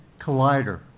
collider